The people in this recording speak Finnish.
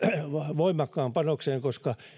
voimakkaan panoksen koska